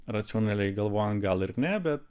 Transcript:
racionaliai galvojant gal ir ne bet